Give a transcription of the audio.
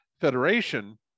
Federation